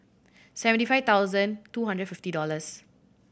seventy five thousand two hundred and fifty dollors